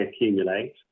accumulate